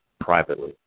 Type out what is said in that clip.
privately